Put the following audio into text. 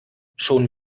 schon